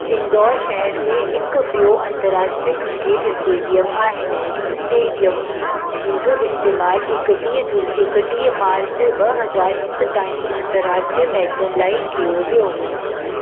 इंदौरु शहर में हिक ॿियो अंतर्राष्ट्रीय क्रिकेट इस्टेडियम आहे नेहरू इस्टेडियम जंहिंजो इस्तेमालु एकटीह जुला एकटीह मार्च ॿ हज़ार हिक ताईं अंतर्राष्ट्रीय मैचनि लाइ कयो वियो